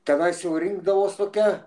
tenais jau rinkdavos tokia